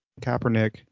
Kaepernick